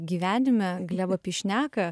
gyvenime glebą pišneką